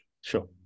Sure